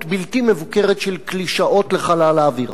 בלתי מבוקרת של קלישאות לחלל האוויר.